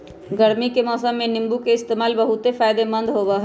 गर्मी के मौसम में नीम्बू के इस्तेमाल बहुत फायदेमंद होबा हई